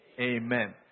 amen